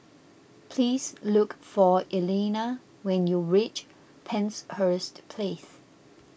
please look for Elena when you reach Penshurst Place